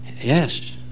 yes